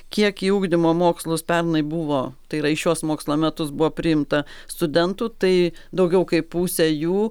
kiek į ugdymo mokslus pernai buvo tai yra į šiuos mokslo metus buvo priimta studentų tai daugiau kaip pusė jų